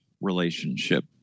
relationship